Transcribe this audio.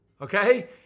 okay